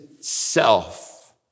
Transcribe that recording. self